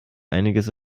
einiges